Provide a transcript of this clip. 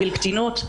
גיל קטינות,